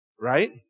right